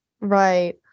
Right